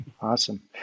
awesome